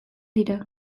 dira